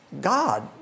God